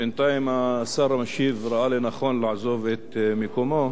בינתיים, השר המשיב ראה לנכון לעזוב את מקומו,